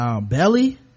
Belly